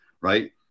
right